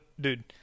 Dude